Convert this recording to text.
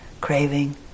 craving